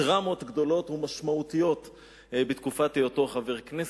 דרמות גדולות ומשמעותיות בתקופת היותו חבר הכנסת.